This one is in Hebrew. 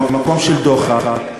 ממקום של דוחק,